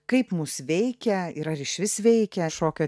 kaip mus veikia ir ar išvis veikia šokio